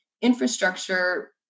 infrastructure